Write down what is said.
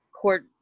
court